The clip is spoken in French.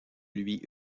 lui